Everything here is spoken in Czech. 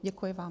Děkuji vám.